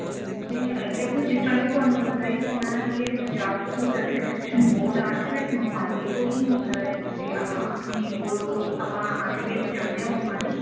ਇਹ ਦੇਖੋ ਜਿਸ ਤਰ੍ਹਾਂ ਕਿ ਤੁਹਾਨੂੰ ਪਤਾ ਹੀ ਹੋਣਾ ਕੀ ਇਹ ਪੰਜਾਬ ਸਕੂਲ ਐਜੂਕੇਸ਼ਨ ਬੋਰਡ ਅੱਠ ਫੇਸ ਮੋਹਾਲੀ ਤੋਂ ਹੀ ਹੁੰਦਾ ਹੈ ਅਤੇ ਆਪਣੀ ਓ ਆਪਾਂ ਅੱਠ ਫੇਸ ਜਾਂਦੇ ਆ ਮੋਹਾਲੀ